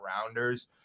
rounders